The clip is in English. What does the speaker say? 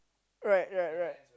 right right right